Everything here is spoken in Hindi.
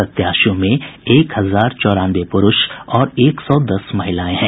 प्रत्याशियों में एक हजार चौरानवे पुरूष और एक सौ दस महिलाएं हैं